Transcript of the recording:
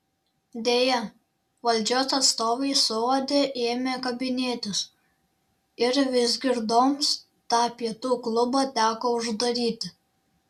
deja valdžios atstovai suuodę ėmė kabinėtis ir vizgirdoms tą pietų klubą teko uždaryti